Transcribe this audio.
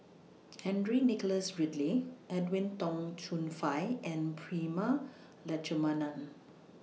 Henry Nicholas Ridley Edwin Tong Chun Fai and Prema Letchumanan